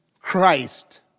Christ